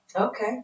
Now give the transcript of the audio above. Okay